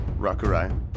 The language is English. Rakurai